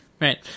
Right